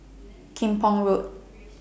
Kim Pong Road